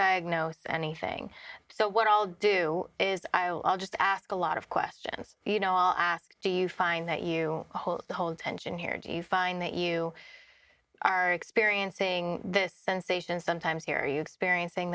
diagnose anything so what all do is i'll just ask a lot of questions you know i'll ask do you find that you hold the whole tension here do you find that you are experiencing this sensation sometimes here are you experiencing